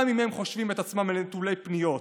גם אם הם חושבים את עצמם לנטולי פניות.